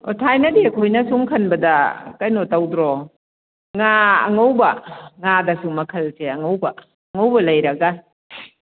ꯑꯣ ꯊꯥꯏꯅꯗꯤ ꯑꯩꯈꯣꯏꯅ ꯁꯨꯝ ꯈꯟꯕꯗ ꯀꯩꯅꯣ ꯇꯧꯗ꯭ꯔꯣ ꯉꯥ ꯑꯉꯧꯕ ꯉꯥꯗꯁꯨ ꯃꯈꯜꯁꯦ ꯑꯉꯧꯕ ꯑꯉꯧꯕ ꯂꯩꯔꯒ